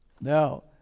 Now